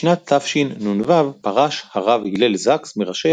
בשנת תשנ"ו פרש הרב הלל זקס – מראשי